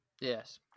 yes